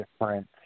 different